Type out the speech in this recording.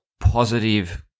positive